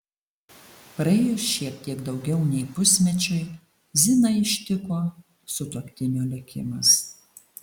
praėjus šiek tiek daugiau nei pusmečiui ziną ištiko sutuoktinio likimas